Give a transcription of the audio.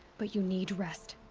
but you need rest.